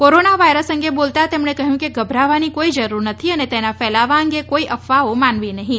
corona virus અંગે બોલતા તેમણે કહ્યું કે ગભરાવાની કોઇ જરૂર નથી અને તેના ફેલાવા અંગે કોઇ અફવાઓ માનવી નહીં